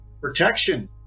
protection